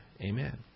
Amen